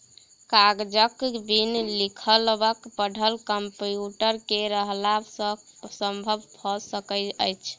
कागजक बिन लिखब पढ़ब कम्प्यूटर के रहला सॅ संभव भ सकल अछि